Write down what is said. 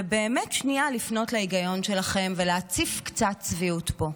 ובאמת שנייה לפנות להיגיון שלכם ולהציף קצת צביעות פה.